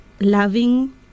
loving